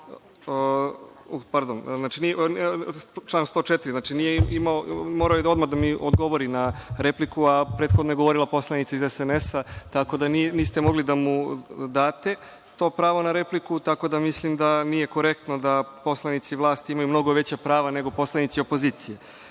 Pardon, član 104. Znači, morao je odmah da mi odgovori na repliku, a prethodno je govorila poslanica iz SNS, tako da niste mogli da mu date to pravo na repliku. Tako da, mislim da nije korektno da poslanici vlasti imaju mnogo veća prava nego poslanici opozicije.